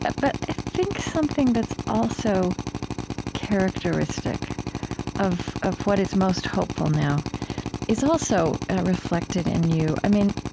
but i think something that's also characteristic of of what is most hopeful now is also reflected in you. i mean,